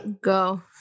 go